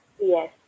Yes